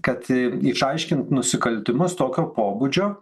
kad išaiškint nusikaltimus tokio pobūdžio